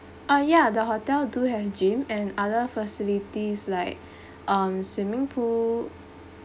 ah ya the hotel do have gym and other facilities like um swimming pool